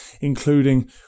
including